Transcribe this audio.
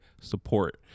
support